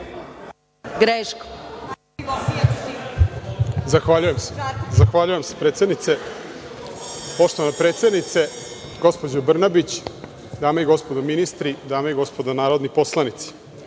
**Žarko Mićin** Zahvaljujem se, predsednice. Poštovana predsednice, gospođo Brnabić, dame i gospodo ministri, dame i gospodo narodni poslanici,